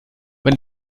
wenn